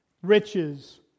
Riches